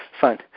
fine